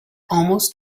almost